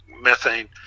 methane